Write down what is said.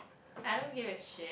I don't give a shit